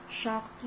shock